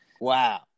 Wow